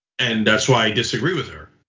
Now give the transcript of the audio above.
and that's why i disagree with her,